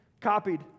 copied